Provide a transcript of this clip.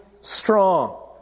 strong